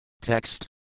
Text